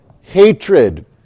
hatred